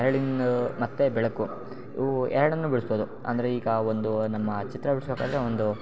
ನೆರಳಿಂದು ಮತ್ತು ಬೆಳಕು ಇವು ಎರಡನ್ನೂ ಬಿಡಿಸ್ಬೋದು ಅಂದರೆ ಈಗ ಒಂದು ನಮ್ಮ ಚಿತ್ರ ಬಿಡಿಸ್ಬೇಕಾದ್ರೆ ಒಂದು